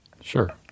Sure